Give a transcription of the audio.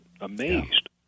Amazed